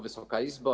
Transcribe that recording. Wysoka Izbo!